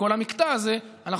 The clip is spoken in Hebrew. בכל המקטע הזה אנחנו,